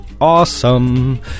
awesome